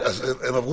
אז הם אמרו